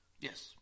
Yes